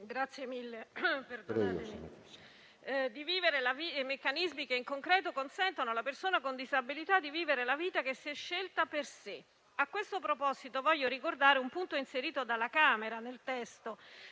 sistema capace di individuare i meccanismi che in concreto consentano alla persona con disabilità di vivere la vita che si è scelta per sé. A questo proposito, voglio ricordare un punto inserito nel testo